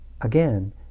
Again